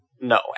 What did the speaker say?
No